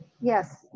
yes